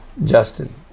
Justin